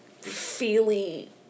feely